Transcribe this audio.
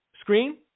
screen